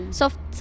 soft